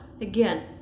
again